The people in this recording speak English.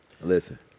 Listen